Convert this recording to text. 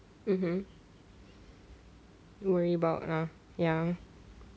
mmhmm worry about ya